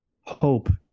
hope